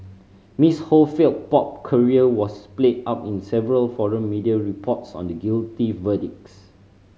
Miss Ho failed pop career was played up in several foreign media reports on the guilty verdicts